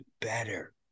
better